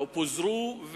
פוזרו,